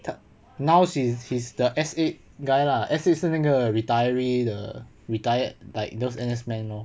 他 now he's he's the S eight guy lah S eight 是那个 retiree 的 retired like those N_S men lor